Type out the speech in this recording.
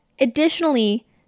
additionally